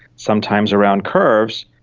sometimes around curves.